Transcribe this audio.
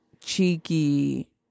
cheeky